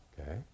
Okay